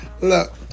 look